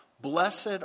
Blessed